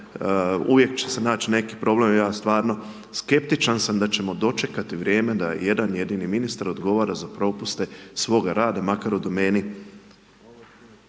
uvijek će se naći neki problem, ja stvarno, skeptičan sam da ćemo dočekati vrijeme da jedan jedini ministar odgovara za propuste svog rada, makar u domeni